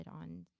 on